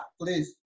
please